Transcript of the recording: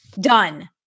Done